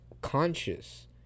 conscious